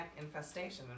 infestation